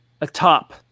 atop